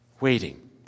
Waiting